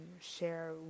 share